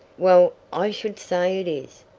well, i should say it is,